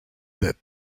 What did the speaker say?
death